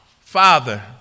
Father